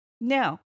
now